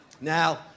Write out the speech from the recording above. Now